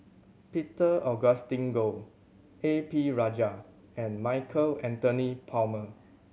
Peter Augustine Goh A P Rajah and Michael Anthony Palmer